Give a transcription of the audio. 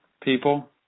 people